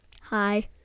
Hi